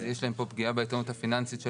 אז יש להם פה פגיעה באיתנות הפיננסית של